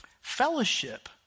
Fellowship